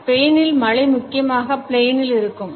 ஸ்பெயினில் மழை முக்கியமாக plain இல் இருக்கும்